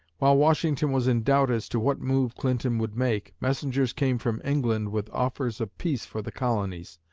while washington was in doubt as to what move clinton would make, messengers came from england with offers of peace for the colonies.